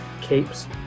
Capes